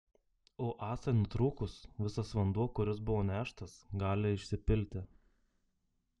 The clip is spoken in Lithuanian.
o ąsai nutrūkus visas vanduo kuris buvo neštas gali išsipilti